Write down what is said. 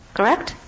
Correct